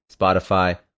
Spotify